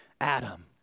Adam